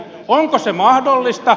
onko se mahdollista